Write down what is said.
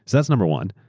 that's number one.